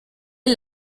est